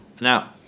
Now